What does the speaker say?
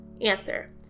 Answer